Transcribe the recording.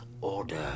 order